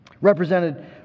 Represented